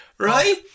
Right